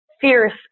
fierce